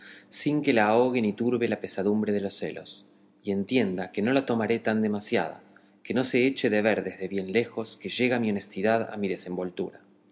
sin que la ahogue ni turbe la pesadumbre de los celos y entienda que no la tomaré tan demasiada que no se eche de ver desde bien lejos que llega mi honestidad a mi